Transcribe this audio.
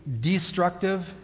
destructive